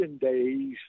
days